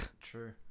true